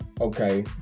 okay